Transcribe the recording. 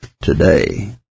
today